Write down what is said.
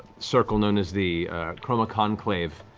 circle known as the chroma conclave,